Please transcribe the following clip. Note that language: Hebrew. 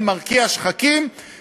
הם צריכים סדר עדיפויות,